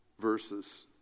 verses